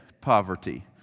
Poverty